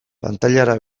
pantailara